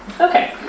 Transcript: Okay